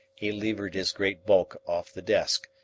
he levered his great bulk off the desk,